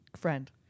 friend